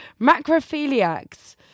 Macrophiliacs